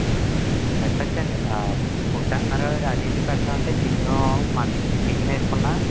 పెట్టచ్చండి food అంటున్నారు అదీ ఇదీ పెట్టడమంటే చికెను మట్ చికెన్ వేసుకున్నా